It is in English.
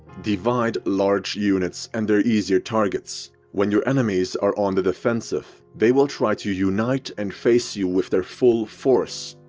divide large units and they're easier targets. when your enemies are on the defensive, they will try to unite and face you with their full force.